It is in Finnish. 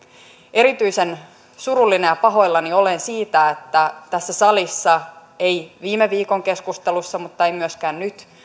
erityisen surullinen ja pahoillani olen siitä että tässä salissa ei viime viikon keskustelussa ollut mutta ei myöskään nyt